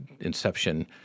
inception